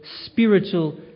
spiritual